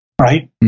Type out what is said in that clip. Right